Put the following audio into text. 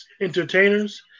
entertainers